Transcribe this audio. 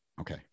Okay